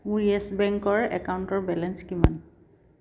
মোৰ য়েছ বেংকৰ একাউণ্টৰ বেলেঞ্চ কিমান